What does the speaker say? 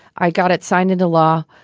i got it signed into law.